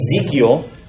Ezekiel